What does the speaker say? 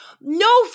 no